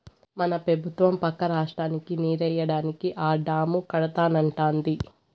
మన పెబుత్వం పక్క రాష్ట్రానికి నీరియ్యడానికే ఆ డాము కడతానంటాంది